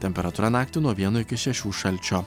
temperatūra naktį nuo vieno iki šešių šalčio